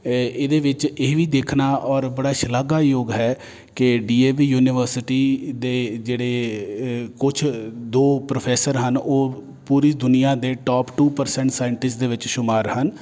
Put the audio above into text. ਇਹਦੇ ਵਿੱਚ ਇਹ ਵੀ ਦੇਖਣਾ ਔਰ ਬੜਾ ਸ਼ਲਾਘਾਯੋਗ ਹੈ ਕਿ ਡੀ ਏ ਵੀ ਯੂਨੀਵਰਸਿਟੀ ਦੇ ਜਿਹੜੇ ਕੁਝ ਦੋ ਪ੍ਰੋਫੈਸਰ ਹਨ ਉਹ ਪੂਰੀ ਦੁਨੀਆਂ ਦੇ ਟੋਪ ਟੂ ਪਰਸੈਂਟ ਸਾਇੰਟਿਸਟ ਦੇ ਵਿੱਚ ਸ਼ੁਮਾਰ ਹਨ